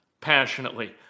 passionately